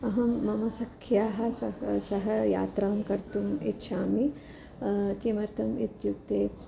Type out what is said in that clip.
अहं मम सख्याः सह सह यात्रां कर्तुम् इच्छामि किमर्थम् इत्युक्ते